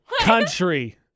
country